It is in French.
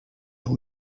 leur